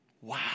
Wow